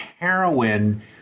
heroin